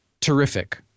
terrific